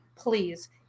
Please